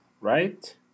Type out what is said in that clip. right